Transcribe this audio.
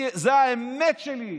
זו האמת שלי.